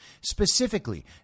Specifically